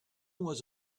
was